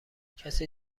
کسی